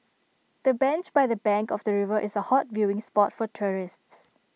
the bench by the bank of the river is A hot viewing spot for tourists